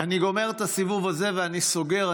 אני גומר את הסיבוב הזה ואני סוגר.